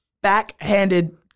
backhanded